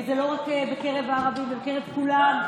זה לא רק בקרב הערבים, זה בקרב כולם.